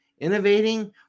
innovating